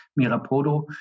Mirapodo